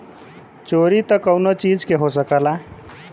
चोरी त कउनो चीज के हो सकला